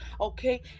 okay